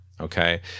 okay